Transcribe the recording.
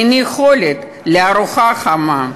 אין יכולת לארוחה חמה,